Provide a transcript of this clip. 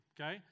Okay